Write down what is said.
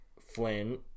flynn